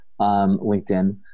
LinkedIn